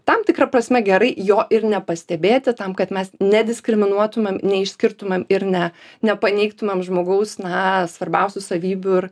tam tikra prasme gerai jo ir nepastebėti tam kad mes nediskriminuotumėm neišskirtumėm ir ne nepaneigtumėm žmogaus na svarbiausių savybių ir